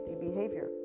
behavior